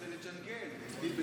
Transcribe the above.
זה לא ג'ונגל, זה לג'נגל, טיבי.